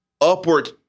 upward